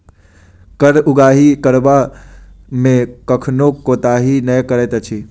कर उगाही करबा मे कखनो कोताही नै करैत अछि